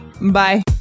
Bye